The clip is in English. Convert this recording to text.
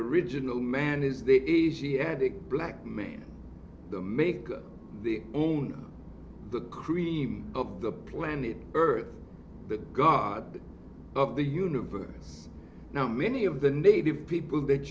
original man is the asiatic black man the make the owner the cream of the planet earth the god of the universe now many of the native people that